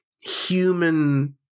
human